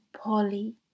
Polly